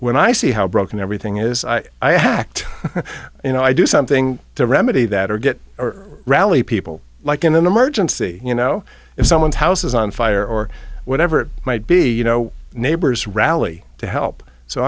when i see how broken everything is i hacked you know i do something to remedy that or get or rally people like in an emergency you know if someone's house is on fire or whatever it might be you know neighbors rally to help so